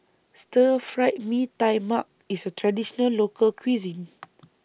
Stir Fry Mee Tai Mak IS A Traditional Local Cuisine